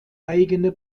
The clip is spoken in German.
eigene